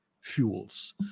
fuels